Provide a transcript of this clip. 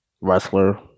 wrestler